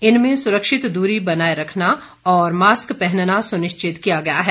इनमें सुरक्षित दूरी बनाए रखना और मास्क पहनना सुनिश्चित किया गया है